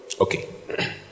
okay